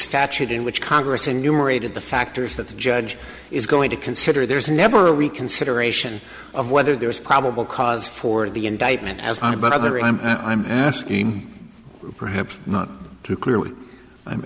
statute in which congress and numerated the factors that the judge is going to consider there's never a reconsideration of whether there is probable cause for the indictment as i but other i'm i'm asking perhaps not to clearly i'm